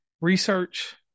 research